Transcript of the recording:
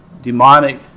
demonic